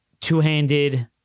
two-handed